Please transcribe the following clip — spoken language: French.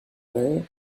mammifères